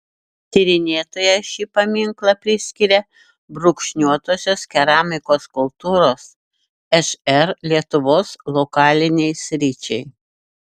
tyrinėtoja šį paminklą priskiria brūkšniuotosios keramikos kultūros šr lietuvos lokalinei sričiai